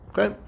Okay